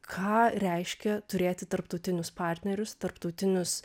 ką reiškia turėti tarptautinius partnerius tarptautinius